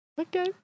Okay